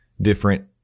different